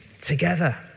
together